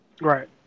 Right